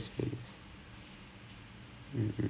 ya should be should be